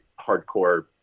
hardcore